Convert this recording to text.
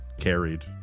carried